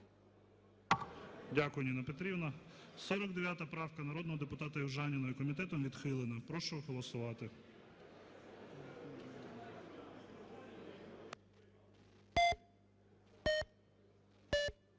Дякую, Ніна Петрівна. 49 правка, народного депутата Южаніної. Комітетом відхилена. Прошу голосувати.